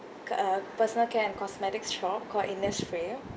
uh personal care and cosmetics shop called Innisfree